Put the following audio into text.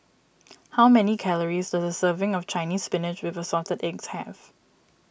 how many calories does a serving of Chinese Spinach with Assorted Eggs have